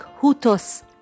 hutos